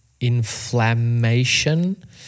inflammation